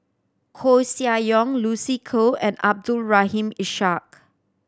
Koeh Sia Yong Lucy Koh and Abdul Rahim Ishak